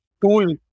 tool